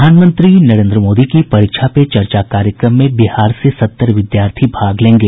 प्रधानमंत्री नरेद्र मोदी की परीक्षा पे चर्चा कार्यक्रम में बिहार से सत्तर विद्यार्थी भाग लेंगे